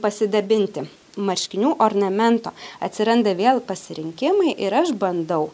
pasidabinti marškinių ornamento atsiranda vėl pasirinkimai ir aš bandau